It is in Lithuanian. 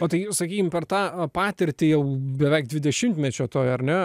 o tai sakykime per tą patirtį jau beveik dvidešimtmečio toje ar ne